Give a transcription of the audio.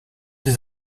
des